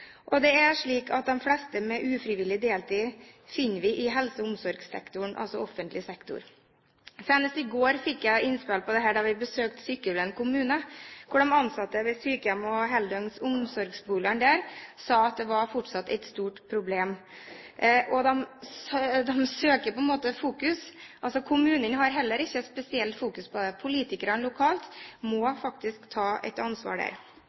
Det er slik at de fleste med ufrivillig deltid finner vi i helse- og omsorgssektoren, altså i offentlig sektor. Senest i går fikk jeg innspill på dette da jeg besøkte Sykkylven kommune, hvor de ansatte ved sykehjem og heldøgns omsorgsboliger sa at det fortsatt var et stort problem. De søker på en måte fokus. Kommunen har heller ikke spesielt fokus på det. Politikerne lokalt må faktisk ta et ansvar der.